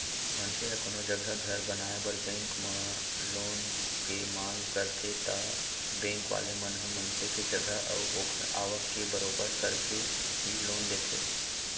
मनसे ह कोनो जघा घर बनाए बर बेंक म लोन के मांग करथे ता बेंक वाले मन ह मनसे के जगा अऊ ओखर आवक के बरोबर करके ही लोन देथे